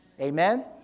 Amen